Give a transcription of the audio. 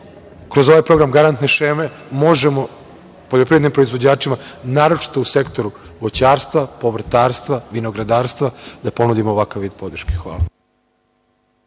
kroz ovaj program garantne šeme, možemo poljoprivrednim proizvođačima, naročito u sektoru voćarstva, povrtarstva, vinogradarstva da ponudimo ovakav vid podrške. Hvala.